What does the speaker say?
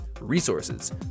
resources